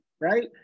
right